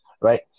right